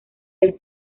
del